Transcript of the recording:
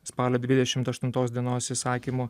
spalio dvidešimt aštuntos dienos įsakymu